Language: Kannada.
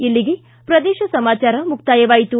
ಇಲ್ಲಿಗೆ ಪ್ರದೇಶ ಸಮಾಚಾರ ಮುಕ್ತಾಯವಾಯಿತು